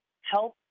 help